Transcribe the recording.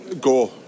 Go